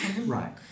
right